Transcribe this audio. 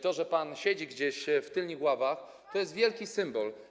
To, że pan siedzi gdzieś w tylnych ławach, to jest wielki symbol.